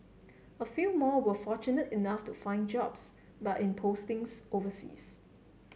a few more were fortunate enough to find jobs but in postings overseas